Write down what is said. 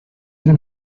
even